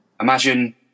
imagine